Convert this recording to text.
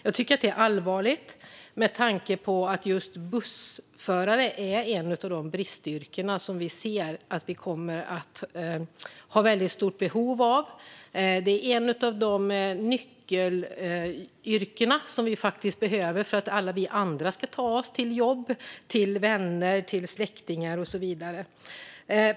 Jag tycker att detta är allvarligt med tanke på att bussförare är ett bristyrke; vi ser att behovet kommer att vara väldigt stort. Det är ett av de nyckelyrken som behövs för att alla vi andra ska ta oss till jobb, till vänner och släktingar och så vidare.